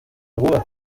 ruhe